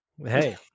Hey